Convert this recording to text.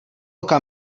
oka